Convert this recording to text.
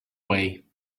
way